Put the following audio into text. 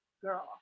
girl